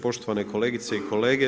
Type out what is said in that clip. Poštovane kolegice i kolege.